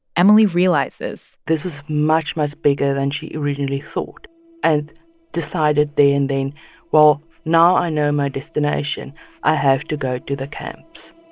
emily realizes. this was much, much bigger than she originally thought and decided there and then well, now i know my destination i have to go to the camps